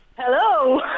Hello